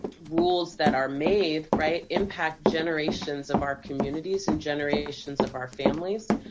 rules that are made, right, impact generations of our communities and generations of our families.